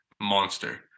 monster